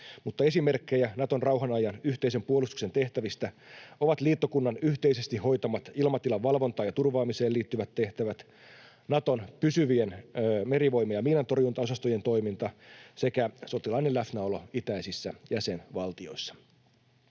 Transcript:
esimerkkejä Naton rauhanajan yhteisen puolustuksen tehtävistä ovat liittokunnan yhteisesti hoitamat ilmatilan valvontaan ja turvaamiseen liittyvät tehtävät, Naton pysyvien merivoima- ja miinantorjuntaosastojen toiminta sekä sotilaallinen läsnäolo itäisissä jäsenvaltioissa.